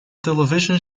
television